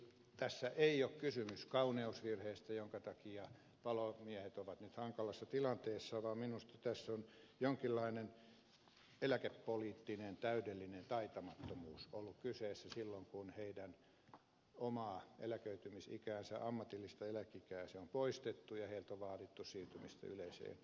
tässä ei ole kysymys kauneusvirheestä jonka takia palomiehet ovat nyt hankalassa tilanteessa vaan minusta tässä on jonkinlainen eläkepoliittinen täydellinen taitamattomuus ollut kyseessä silloin kun heidän oma eläköitymisikänsä ammatillinen eläkeikä on poistettu ja heiltä on vaadittu siirtymistä yleiseen eläkejärjestelmään